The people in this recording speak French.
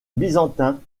byzantin